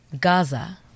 gaza